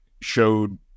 showed